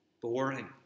boring